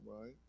right